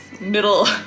middle